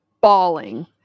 bawling